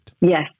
Yes